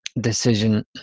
decision